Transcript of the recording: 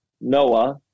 Noah